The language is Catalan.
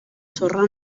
sorra